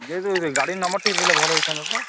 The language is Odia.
ଦେଇଦେବ ଟିକେ ଗାଡ଼ି ନମ୍ବର ଟିକେ ଦେଇଥିଲେ ଭଲ ହେଇଥାନ୍ତା ତ